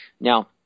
Now